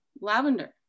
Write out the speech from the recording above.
Lavender